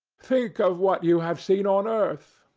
think of what you have seen on earth.